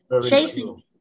Chasing